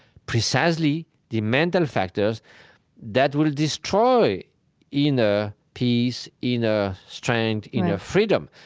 precisely the mental factors that will destroy inner peace, inner strength, inner freedom.